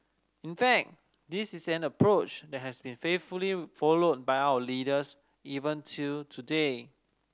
in fact this is an approach that has been faithfully followed by our leaders even till today